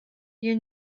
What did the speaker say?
you